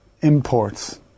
imports